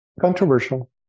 Controversial